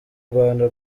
rwanda